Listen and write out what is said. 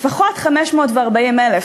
540,000,